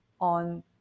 on